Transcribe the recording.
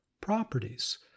properties